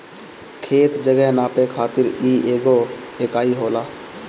खेत, जगह नापे खातिर इ एगो इकाई होला